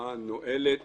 בהשוואה נואלת